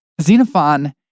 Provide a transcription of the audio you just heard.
Xenophon